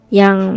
yang